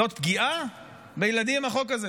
זאת פגיעה בילדים, החוק הזה?